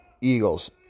Eagles